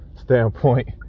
standpoint